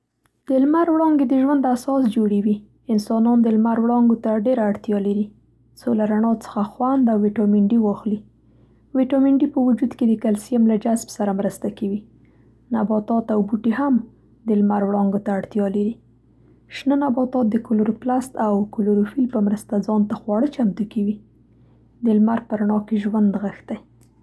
د لمر وړاندې د ژوند اساس جوړوي. انسانان د لمر وړانګو ته ډېره اړتیا لري څو له رڼا څخه خوند او ویټامین ډي واخلي. ویټامین ډي په وجود کې د کلسیم له جذب سره مرسته کوي. نباتات او بوټي هم د لمر وړانګو ته اړتیا لري. شنه نباتات د کلوروپلاست او کلوروفیل په مرسته ځان ته خواړه چمتو کوي. د لمر په رڼا کې ژوند نغښتی.